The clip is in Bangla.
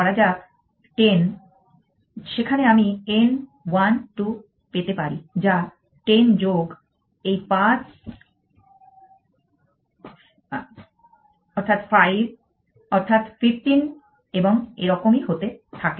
ধরা যাক 10 সেখানে আমি n 1 2 পেতে পারি যা 10 যোগ এই 5 অর্থাৎ 15 এবং এরকমই হতে থাকে